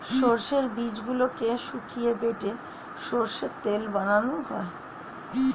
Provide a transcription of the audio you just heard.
সর্ষের বীজগুলোকে শুকিয়ে বেটে সর্ষের তেল বানানো হয়